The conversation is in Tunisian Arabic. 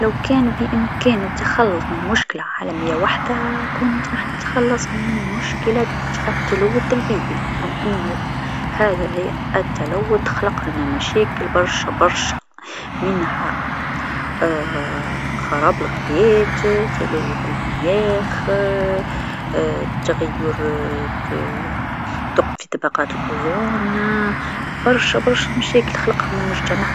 لو كان بإمكاني التخلص من مشكلة عالميه وحده، كنت راح أتخلص من مشكلة التلوث البيئي رغم أنو هذا التلوث خلق مشاكل برشا برشا منها خراب الغابات، تلوث المناخ تغير في ثقب في طبقة الأوزون برشا برشا مشاكل خلقهم للمجتمع.